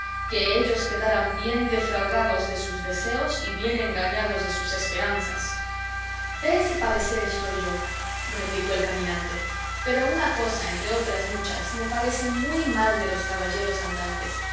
que ellos quedaran bien defraudados de sus deseos y bien engañados de sus esperanzas de ese parecer estoy yo replicó el caminante pero una cosa entre otras muchas me parece muy mal de los caballeros andantes